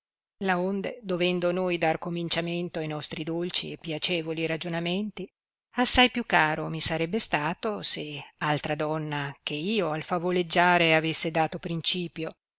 considerare laonde dovendo noi dar cominciamento a nostri dolci e piacevoli ragionamenti assai più caro mi sarebbe stato se altra donna che io al favoleggiare avesse dato principio